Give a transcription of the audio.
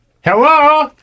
Hello